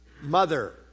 mother